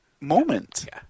moment